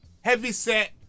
heavyset